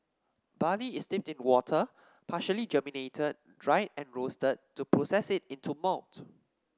barley is steeped in water partially germinated dried and roasted to process it into malt